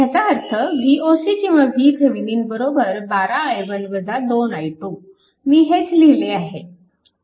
ह्याचा अर्थ Voc किंवा VThevenin 12 i1 2 i2 मी हेच लिहिले आहे